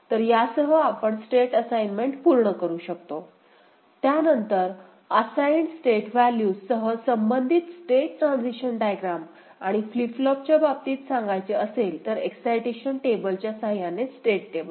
तर यासह आपण स्टेट असाईनमेंट पूर्ण करू शकतो त्यानंतर असाईंड स्टेट व्हॅल्यूज सह संबंधित स्टेट ट्रान्झिशन डायग्रॅम आणि फ्लिप फ्लॉपच्या बाबतीत सांगायचे असेल तर एक्साईटेशन टेबलच्या सहाय्याने स्टेट टेबल